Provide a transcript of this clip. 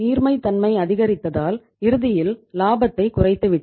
நீர்மை தன்மை அதிகரித்ததால் இறுதியில் லாபத்தை குறைத்து விட்டது